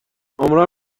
عمرا